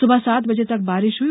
सुबह सात बजे तक बारिश हुई